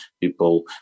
people